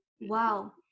wow